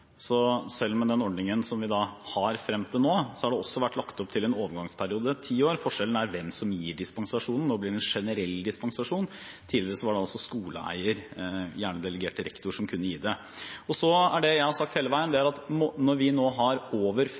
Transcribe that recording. Så selv med den ordningen som vi har hatt frem til nå, har det vært lagt opp til en overgangsperiode på ti år. Forskjellen er hvem som gir dispensasjonen. Nå blir det en generell dispensasjon, tidligere var det altså skoleeier, gjerne delegert til rektor, som kunne gi det. Det jeg har sagt hele veien, er at når vi nå har over